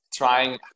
Trying